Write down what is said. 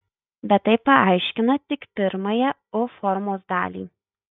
bet tai paaiškina tik pirmąją u formos dalį